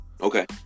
Okay